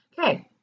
Okay